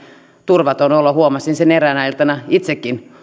turvaton olo huomasin sen eräänä iltana itsekin